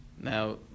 Now